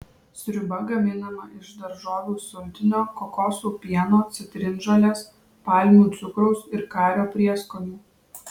sriuba gaminama iš daržovių sultinio kokosų pieno citrinžolės palmių cukraus ir kario prieskonių